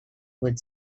would